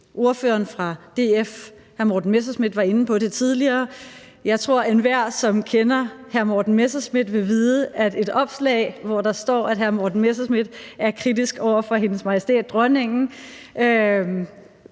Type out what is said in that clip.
Ordføreren for DF, hr. Morten Messerschmidt, var inde på det tidligere, og jeg tror, at enhver, som kender hr. Morten Messerschmidt, vil tænke om et opslag, hvor der står, at hr. Morten Messerschmidt er kritisk over for Hendes Majestæt Dronningen,